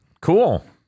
cool